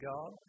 God